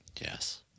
Yes